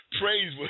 praise